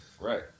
Right